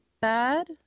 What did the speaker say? bad